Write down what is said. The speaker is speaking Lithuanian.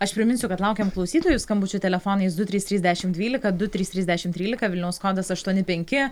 aš priminsiu kad laukiam klausytojų skambučių telefonais du trys trys dešimt dvylika du trys trys dešimt trylika vilniaus kodas aštuoni penki